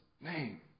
name